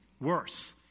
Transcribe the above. Worse